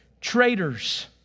traitors